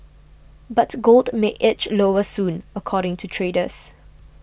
but gold may edge lower soon according to traders